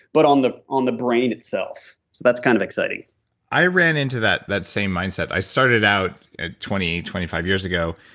but on the on the brain itself so that's kind of exciting i ran into that that same mindset. i started out at twenty twenty five years ago.